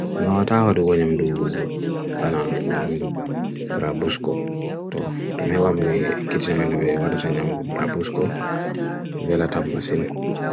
mwata ho dugo nyamdu bana nyamdu brabusko toh, dun hewa me kitchi namin na mere wada tan nyamdu brabusko vella tabu masil